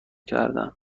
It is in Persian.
کردن